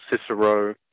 Cicero